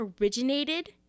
originated